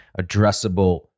addressable